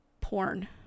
porn